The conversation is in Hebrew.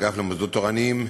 האגף ללימודים תורניים,